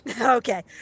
Okay